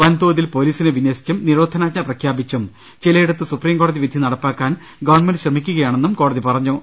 വൻതോതിൽ പൊലിസിനെ വിന്യസിച്ചും നിരോധനാജ്ഞ പ്രഖ്യാപിച്ചും ചിലടി യത്ത് സുപ്രിംകോടതി വിധി നടപ്പാക്കാൻ ഗവൺമെന്റ് ശ്രമിക്കു കയാണെന്ന് കോടതി പറഞ്ഞു